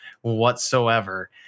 whatsoever